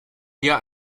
eher